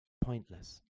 pointless